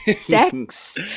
sex